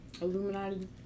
Illuminati